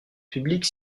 publique